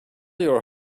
your